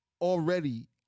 already